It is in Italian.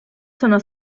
sono